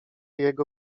jego